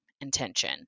intention